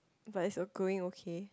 but is uh going okay